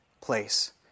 place